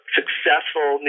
successful